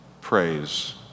Praise